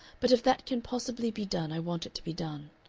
but if that can possibly be done i want it to be done.